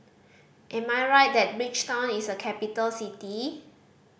am I right that Bridgetown is a capital city